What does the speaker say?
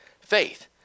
faith